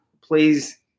Please